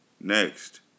Next